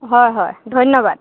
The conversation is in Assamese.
হয় হয় ধন্যবাদ